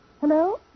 Hello